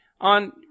on